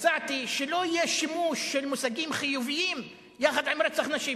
הצעתי היא שלא יהיה שימוש במושגים חיוביים יחד עם רצח נשים.